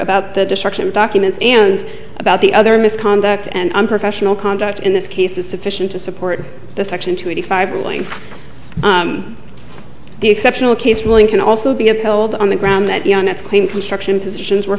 about the destruction of documents and about the other misconduct and unprofessional conduct in this case is sufficient to support the section two eighty five ruling the exceptional case ruling can also be upheld on the ground that young that's claimed construction positions were